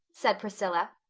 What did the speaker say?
said priscilla,